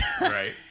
Right